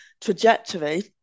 trajectory